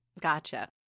Gotcha